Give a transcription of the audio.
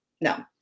No